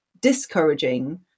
discouraging